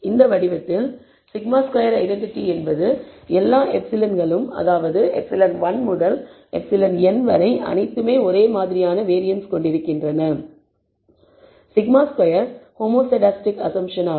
இந்த வடிவத்தில் σ2 ஐடென்டி என்பது எல்லா எப்சிலன்களும்ε அதாவது ε1 முதல் εn வரை அனைத்துமே ஒரே மாதிரியான வேரியன்ஸ் கொண்டிருக்கின்றன σ2 ஹோமோசெஸ்டாஸ்டிக் அஸம்ப்ஷன் ஆகும்